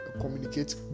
communicate